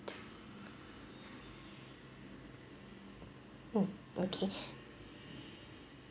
mm okay